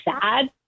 sad